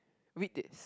with this